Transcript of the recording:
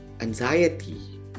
anxiety